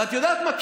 ואת יודעת מה,